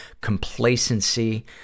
complacency